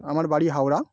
আমার বাড়ি হাওড়া